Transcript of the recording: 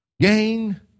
Gain